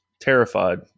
terrified